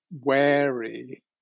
wary